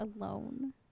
alone